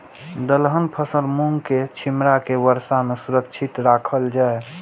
दलहन फसल मूँग के छिमरा के वर्षा में सुरक्षित राखल जाय?